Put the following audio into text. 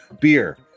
beer